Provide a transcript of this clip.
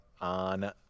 on